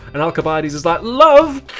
and alcibiades is like love?